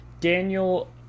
Daniel